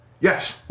Yes